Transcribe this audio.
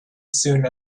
soon